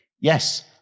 Yes